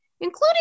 including